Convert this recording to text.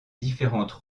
différentes